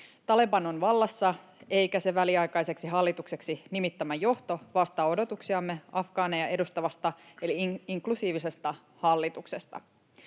Taleban on vallassa, eikä sen väliaikaiseksi hallitukseksi nimittämä johto vastaa odotuksiamme afgaaneja edustavasta eli inklusiivisesta hallituksesta.